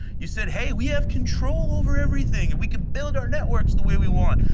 you said, hey we have control over everything. and we can build our networks the way we want.